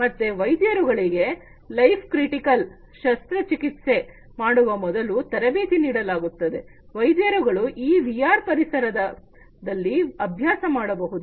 ಮತ್ತೆ ವೈದ್ಯರುಗಳಿಗೆ life critical ಶಸ್ತ್ರಚಿಕಿತ್ಸೆ ಮಾಡುವ ಮೊದಲು ತರಬೇತಿ ನೀಡಲಾಗುತ್ತದೆ ವೈದ್ಯರುಗಳು ಈ ವಿಆರ್ ಪರಿಸರದಲ್ಲಿ ಅಭ್ಯಾಸ ಮಾಡಬಹುದು